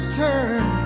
turn